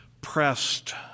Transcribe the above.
pressed